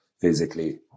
physically